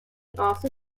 also